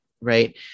right